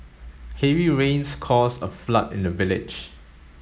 heavy rains caused a flood in the village